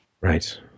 Right